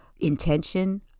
intention